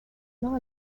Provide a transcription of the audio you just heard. nord